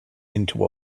into